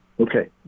Okay